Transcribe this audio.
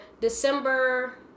december